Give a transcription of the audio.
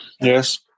Yes